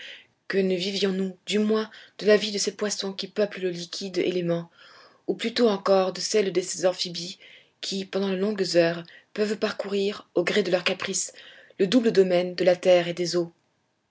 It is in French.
que ne vivions nous du moins de la vie de ces poissons qui peuplent le liquide élément ou plutôt encore de celle de ces amphibies qui pendant de longues heures peuvent parcourir au gré de leur caprice le double domaine de la terre et des eaux